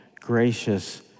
gracious